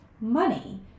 money